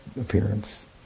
appearance